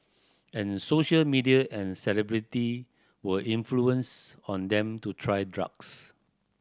and social media and celebrity were influence on them to try drugs